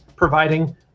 providing